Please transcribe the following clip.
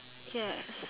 yes